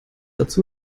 dazu